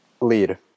lead